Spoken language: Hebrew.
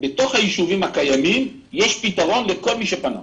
בתוך היישובים הקיימים יש פתרון לכל מי שפנה.